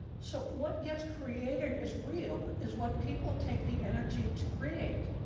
so what gets created as real is what people take the energy to create,